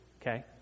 okay